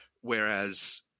Whereas